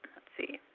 see,